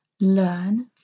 learn